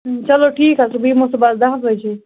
چلو ٹھیٖک حظ چھِ بہٕ یِمَو صُبحس دہ بَجے